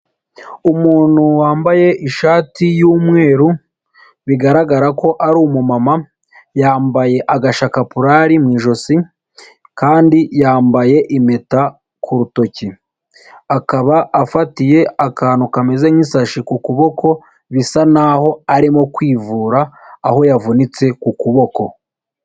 Umuntu wambaye ishati y'umweru, bigaragara ko ari umumama, yambaye agashakapulari mu ijosi, kandi yambaye impeta ku rutoki. Akaba afatiye akantu kameze nk'isashi ku kuboko, bisa naho arimo kwivura, aho yavunitse ku kuboko.